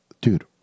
dude